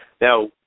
Now